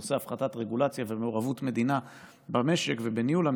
בנושא הפחתת רגולציה ומעורבות מדינה במשק ובניהול המשק.